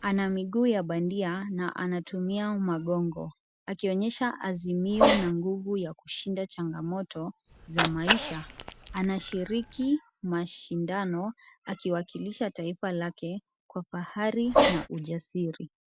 Ana miguu ya bandia na anatumia magongo akionyesha azimio na nguvu ya kushinda changamoto za maisha. Anashiriki mashindano akiwakilisha taifa lake kwa fahari na ujasiri.